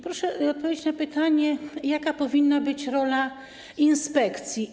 Proszę też odpowiedzieć na pytanie: Jaka powinna być rola inspekcji?